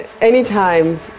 anytime